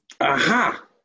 Aha